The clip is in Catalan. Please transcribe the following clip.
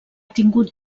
tingut